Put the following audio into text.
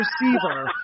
receiver